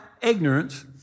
ignorance